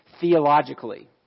theologically